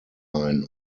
ein